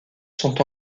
sont